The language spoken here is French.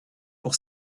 pour